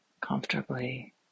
comfortably